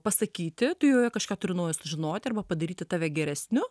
pasakyti tu joje kažką turi nori sužinoti arba padaryti tave geresniu